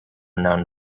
known